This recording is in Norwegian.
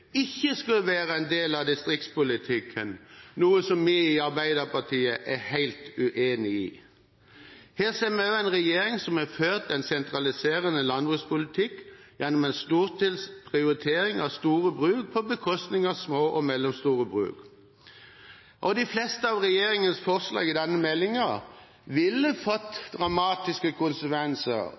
ikke skulle være en del av distriktspolitikken, noe som vi i Arbeiderpartiet er helt uenig i. Her ser vi også en regjering som har ført en sentraliserende landbrukspolitikk gjennom en storstilt prioritering av store bruk på bekostning av små og mellomstore bruk. De fleste av regjeringens forslag i denne meldingen ville fått dramatiske konsekvenser,